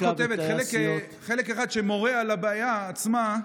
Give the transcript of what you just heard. האימא כותבת, זה חלק אחד שמורה על הבעיה עצמה,